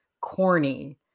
corny